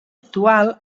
actual